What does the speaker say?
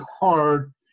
hard